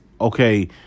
okay